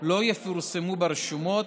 לא יפורסמו ברשומות